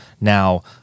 now